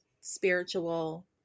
spiritual